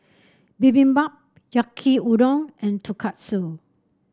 Bibimbap Yaki Udon and Tonkatsu